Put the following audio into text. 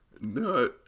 No